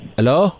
Hello